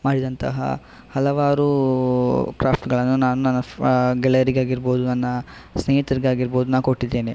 ಮಾಡಿದಂತಹ ಹಲವಾರು ಕ್ರಾಫ್ಟ್ಗಳನ್ನು ನಾನು ನನ್ನ ಫ್ರ ಗೆಳಯರಿಗಾಗಿರಬಹುದು ನನ್ನ ಸ್ನೇಹಿತರಿಗಾಗಿರಬೋದು ನಾ ಕೊಟ್ಟಿದ್ದೇನೆ